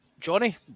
Johnny